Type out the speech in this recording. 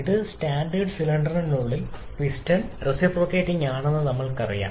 ഇത് സ്റ്റാൻഡേർഡാണ് സിലിണ്ടറിനുള്ളിൽ പിസ്റ്റൺ പരസ്പരവിരുദ്ധമാണെന്ന് നമ്മൾക്കറിയാം